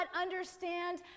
understand